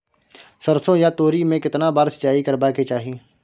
सरसो या तोरी में केतना बार सिंचाई करबा के चाही?